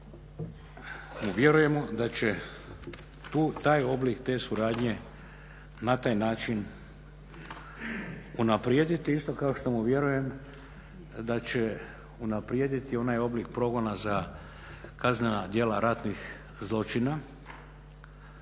vjerujemo da će taj oblik te suradnje na taj način unaprijediti, isto kao što mu vjerujem da će unaprijediti onaj oblik progona za kaznena djela ratnih zločina.